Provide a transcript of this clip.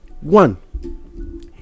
One